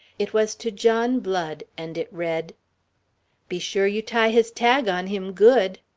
it was to john blood, and it read be sure you tie his tag on him good.